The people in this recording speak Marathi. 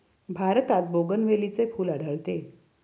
भारतात बोगनवेलीचे फूल आढळते